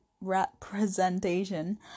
representation